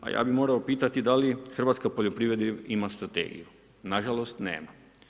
A ja bi morao pitati da li hrvatska poljoprivreda ima strategiju, nažalost nema.